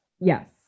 yes